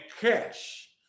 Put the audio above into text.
cash